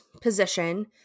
position